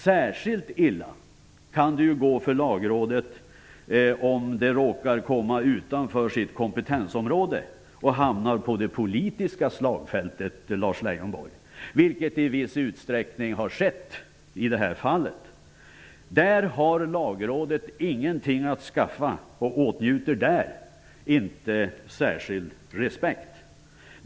Särskilt illa kan det gå för Lagrådet om det råkar komma utanför sitt kompetensområde och hamnar på det politiska slagfältet, Lars Leijonborg, vilket i viss utsträckning har skett i det här fallet. På det området har Lagrådet ingenting att skaffa och åtnjuter inte någon särskild respekt.